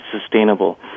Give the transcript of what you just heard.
sustainable